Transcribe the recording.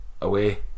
away